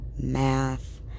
math